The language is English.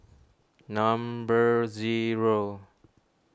number zero